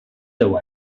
deu